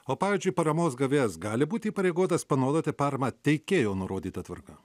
o pavyzdžiui paramos gavėjas gali būti įpareigotas panaudoti paramą teikėjo nurodyta tvarka